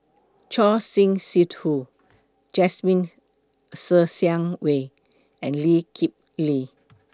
Choor Singh Sidhu Jasmine Ser Xiang Wei and Lee Kip Lee